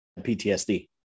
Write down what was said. ptsd